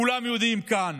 כולם יודעים כאן